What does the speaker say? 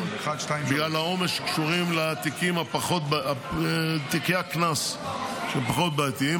בגלל העומס שקשור לתיקי הקנס הפחות-בעייתיים.